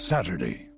Saturday